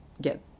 get